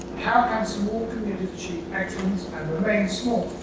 how can small communities achieve excellence and remain small?